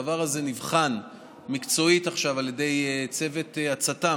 הדבר הזה נבחן מקצועית עכשיו על ידי צוות הצט"מ.